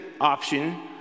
option